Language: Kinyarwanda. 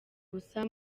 gusa